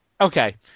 Okay